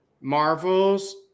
Marvel's